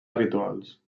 habituals